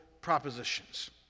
propositions